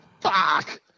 fuck